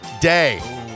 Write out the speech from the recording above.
day